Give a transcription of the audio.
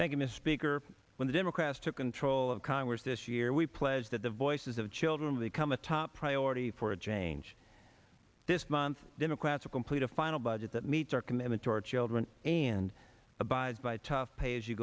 misspeak or when the democrats took control of congress this year we pledged that the voices of children of the come a top priority for a change this month democrats a complete a final budget that meets our commitment to our children and abide by tough pay as you